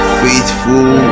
faithful